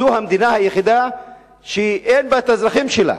זו המדינה היחידה שאין בה את האזרחים שלה.